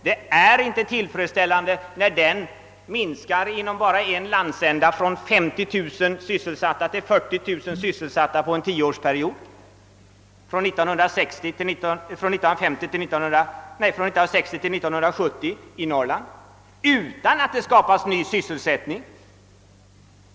Det är inte tillfredsställande när antalet sysselsatta under en tioårsperiod, från 1960 till 1970, minskar inom enbart en landsända, Norrland, från 50 000 till 40 000 utan att det skapas ny sysselsättning.